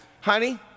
Honey